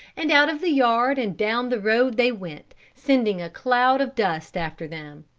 and out of the yard and down the road they went, sending a cloud of dust after them.